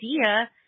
idea